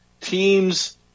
teams